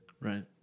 Right